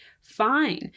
fine